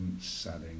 setting